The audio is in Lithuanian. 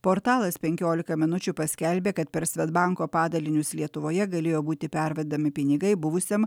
portalas penkiolika minučių paskelbė kad per svedbanko padalinius lietuvoje galėjo būti pervedami pinigai buvusiam